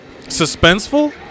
Suspenseful